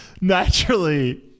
Naturally